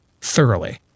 thoroughly